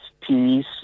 peace